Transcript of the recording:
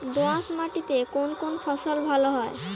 দোঁয়াশ মাটিতে কোন কোন ফসল ভালো হয়?